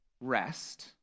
rest